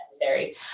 necessary